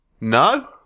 No